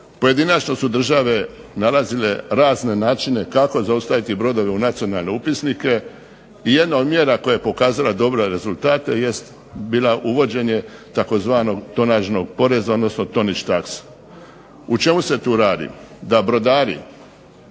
Pojedinačno su države nalazile razne načine kako zaustaviti brodove u nacionalne upisnike i jedna od mjera koja je pokazala dobre rezultate jest bilo uvođenje tzv. tonažnog poreza odnosno tonage tax. O čemu se tu radi? Da brodari